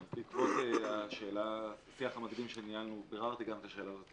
אז בעקבות השיח המקדים שניהלנו ביררתי גם את השאלה הזאת